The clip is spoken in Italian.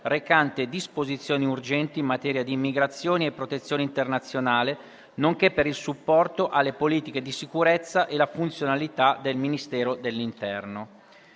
recante disposizioni urgenti in materia di immigrazione e protezione internazionale, nonché per il supporto alle politiche di sicurezza e la funzionalità del Ministero dell'interno».